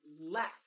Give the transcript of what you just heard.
left